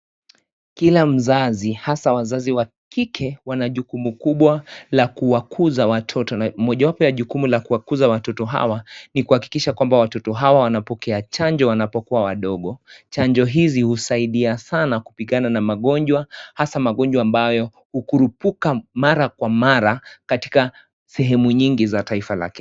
Kila mzazi hasa wazazi wa kike wanajukumu kubwa la kuwakuza watoto na mojawapo ya jukumu la kuwakuza watoto hawa ni kuhakikisha kwamba watoto hawa wanapokea chanjo wanapokuwa wadogo. Chanjo hizi husaidia sana kupigana na magonjwa hasa magonjwa ambayo hukurubuka mara kwa mara katika sehemu nyingi za taifa la kenya.